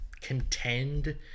contend